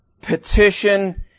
petition